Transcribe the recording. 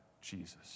Jesus